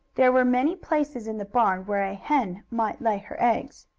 there were many places in the barn where a hen might lay her eggs.